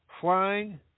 flying